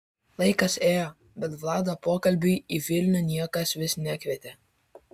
laikas ėjo bet vlado pokalbiui į vilnių niekas vis nekvietė